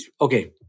okay